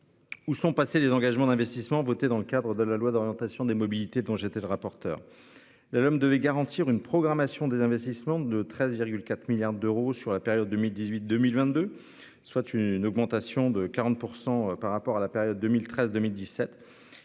Où sont passés les engagements d'investissements voter dans le cadre de la loi d'orientation des mobilités, dont j'étais le rapporteur.